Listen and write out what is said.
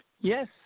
Yes